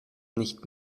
nicht